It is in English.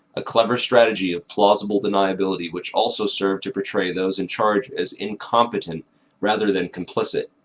a clever strategy of plausible deniability which also served to portray those in charge as incompetent rather than complicit.